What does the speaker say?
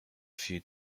few